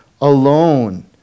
alone